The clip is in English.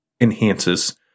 enhances